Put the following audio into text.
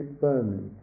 firmly